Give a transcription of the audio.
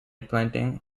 planting